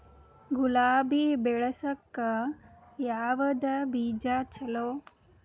ಗುಲಾಬಿ ಬೆಳಸಕ್ಕ ಯಾವದ ಬೀಜಾ ಚಲೋ?